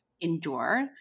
endure